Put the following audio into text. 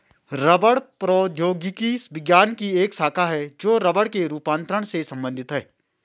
रबड़ प्रौद्योगिकी विज्ञान की एक शाखा है जो रबड़ के रूपांतरण से संबंधित है